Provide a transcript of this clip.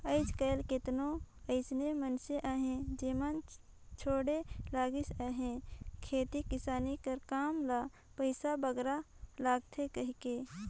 आएज काएल केतनो अइसे मइनसे अहें जेमन छोंड़े लगिन अहें खेती किसानी कर काम ल पइसा बगरा लागथे कहिके